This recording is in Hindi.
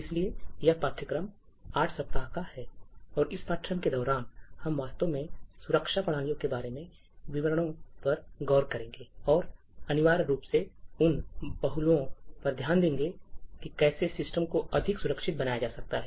इसलिए यह पाठ्यक्रम आठ सप्ताह का पाठ्यक्रम है और इस पाठ्यक्रम के दौरान हम वास्तव में सुरक्षा प्रणालियों के बारे में विवरणों पर गौर करेंगे और अनिवार्य रूप से उन पहलुओं पर ध्यान देंगे कि कैसे सिस्टम को अधिक सुरक्षित बनाया जा सकता है